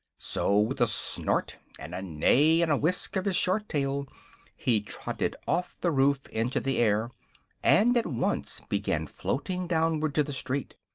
so, with a snort and a neigh and a whisk of his short tail he trotted off the roof into the air and at once began floating downward to the street.